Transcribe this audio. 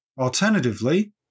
Alternatively